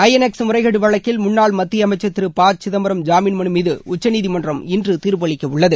ஐ N X முறைகேடு வழக்கில் முன்னாள் மத்திய அமைச்சர் திரு ப சிதம்பரம் ஜாமீன் மனு மீது உச்சநீதிமன்றம் இன்று தீர்ப்பளிக்க உள்ளது